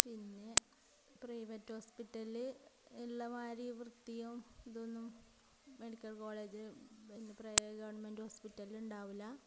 പിന്നെ private hospital ഉള്ള മാതിരി വൃത്തിയും ഇതൊന്നും മെഡിക്കൽ കോളേജ് പിന്നെ പ്ര ഗെവൺമെൻ്റ് ഹോസ്പിറ്റല ഉണ്ടാകില്ല